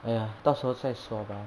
!aiya! 到时候再说吧